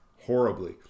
horribly